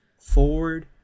forward